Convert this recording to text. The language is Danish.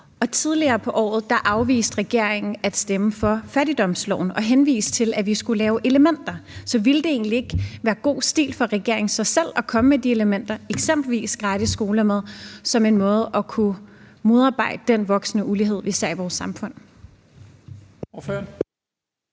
Tidligere på året afviste regeringen at stemme for et forslag om en fattigdomslov og henviste til, at vi skulle lave elementer. Så ville det egentlig ikke være god stil fra regeringen så selv at komme med de elementer, eksempelvis gratis skolemad, som en måde at kunne modarbejde den voksende ulighed, vi ser i vores samfund?